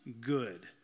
good